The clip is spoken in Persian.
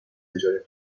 اجاره